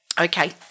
Okay